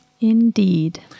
Indeed